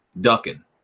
Ducking